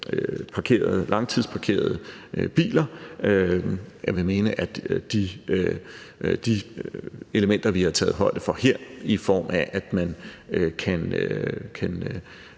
langtidsparkerede biler. Jeg vil mene, at de elementer, vi har taget højde for her, i form af at man